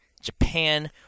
Japan